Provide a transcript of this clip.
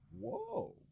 Whoa